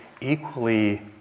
equally